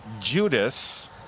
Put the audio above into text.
Judas